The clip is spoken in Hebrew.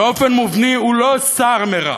באופן מובנה הוא לא סר מרע